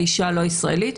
האישה לא ישראלית.